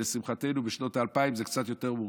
ולשמחתנו בשנות האלפיים זה קצת יותר מורכב,